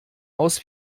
aus